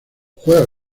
juega